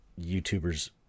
YouTubers